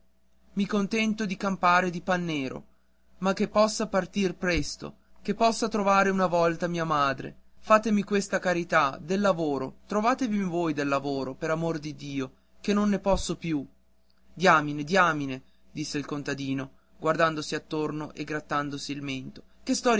mi contento di campare di pan nero ma che possa partir presto che possa trovare una volta mia madre fatemi questa carità del lavoro trovatemi voi del lavoro per amor di dio che non ne posso più diamine diamine disse il contadino guardandosi attorno e grattandosi il mento che storia